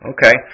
Okay